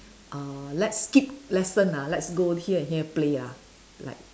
uh let's skip lesson ah let's go here and here play ah like